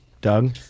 Doug